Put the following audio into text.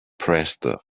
pressed